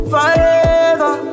Forever